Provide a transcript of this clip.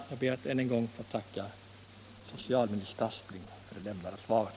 Jag ber att ännu en gång få tacka socialminister Aspling för det lämnade svaret.